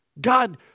God